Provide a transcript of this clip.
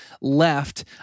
left